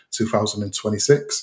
2026